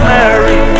Mary